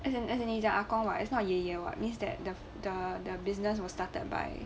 as in as in 你讲 ah gong what is not 爷爷 what means that the the the business was started by